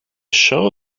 show